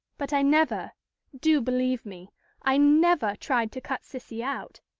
but i never do believe me i never tried to cut cissy out.